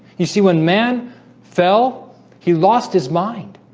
you see when man fell he lost his mind.